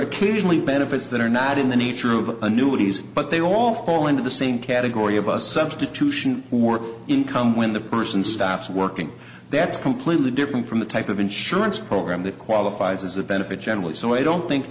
occasionally benefits that are not in the nature of a new woodies but they all fall into the same category of us substitution for income when the person stops working that's completely different from the type of insurance program that qualifies as a benefit generally so i don't think